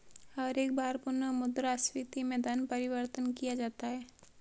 हर एक बार पुनः मुद्रा स्फीती में धन परिवर्तन किया जाता है